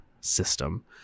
system